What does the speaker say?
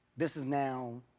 this is now